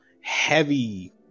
heavy